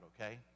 okay